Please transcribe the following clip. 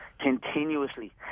continuously